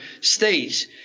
states